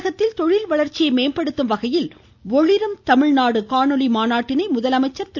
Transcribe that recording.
தமிழகத்தில் தொழில் வளர்ச்சியை மேம்படுத்தும் வகையில் ஒளிரும் தமிழ்நாடு காணொளி மாநாட்டினை முதலமைச்சர் திரு